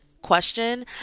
question